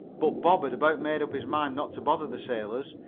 but bob had about made up his mind not to bother the sailors.